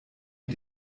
mit